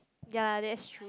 ya that's true